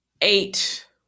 eight